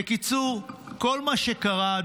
בקיצור, לא קרה.